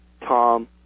Tom